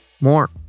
more